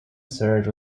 served